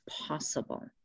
possible